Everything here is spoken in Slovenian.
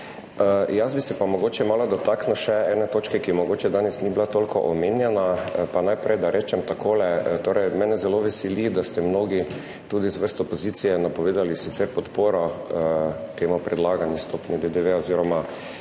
Jaz bi se malo dotaknil še ene točke, ki mogoče danes ni bila toliko omenjena, pa najprej da rečem takole. Mene zelo veseli, da ste mnogi, tudi iz vrst opozicije, napovedali podporo tej predlagani stopnji DDV oziroma